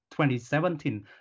2017